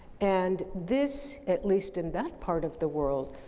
and this, at least in that part of the world,